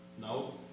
no